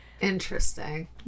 Interesting